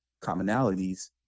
commonalities